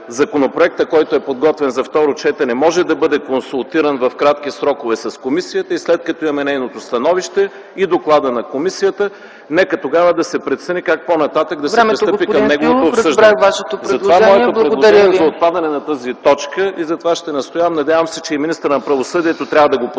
законопроектът, който е подготвен за второ четене, може да бъде консултиран в кратки срокове с комисията и след като имаме нейното становище и доклада на комисията, нека тогава да се прецени как по-нататък да се пристъпи към неговото обсъждане. Затова моето предложение е за отпадане на тази точка и ще настоявам, надявам се, че и министърът на правосъдието ще го подкрепи,